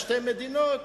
"שתי מדינות",